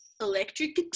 electric